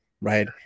right